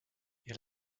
ihr